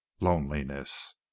loneliness